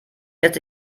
lässt